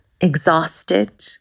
exhausted